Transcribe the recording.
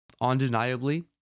undeniably